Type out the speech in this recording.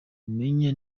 umenya